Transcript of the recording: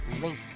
Link